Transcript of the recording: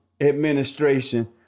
administration